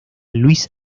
luis